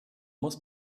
muss